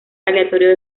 aleatorio